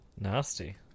Nasty